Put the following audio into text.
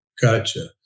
Gotcha